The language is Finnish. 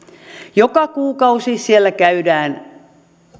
joka kuukausi siellä käydään